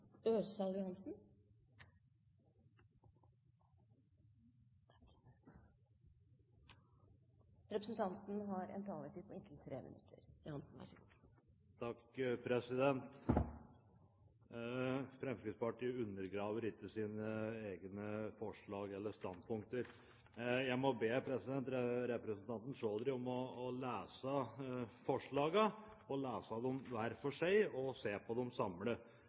Fremskrittspartiet undergraver ikke sine egne forslag eller standpunkter. Jeg må be representanten Chaudhry om å lese forslagene; lese dem hver for seg og se på dem